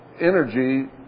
energy